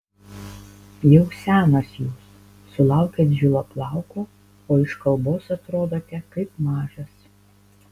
jau senas jūs sulaukėt žilo plauko o iš kalbos atrodote kaip mažas